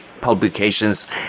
publications